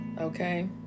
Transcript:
okay